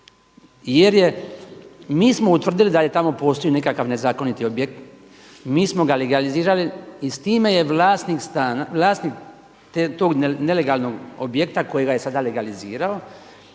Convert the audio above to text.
jer mi smo utvrdili da je tamo postoji nekakav nezakoniti objekt, mi smo ga legalizirali i s time je vlasnik tog nelegalnog objekta kojega je sada legalizirao,